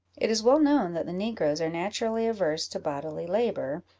it is well known that the negroes are naturally averse to bodily labour,